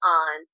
on